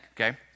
okay